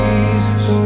Jesus